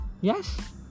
Yes